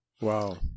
Wow